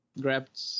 grabbed